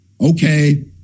Okay